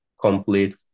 complete